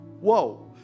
whoa